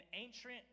ancient